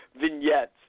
vignettes